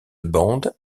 bande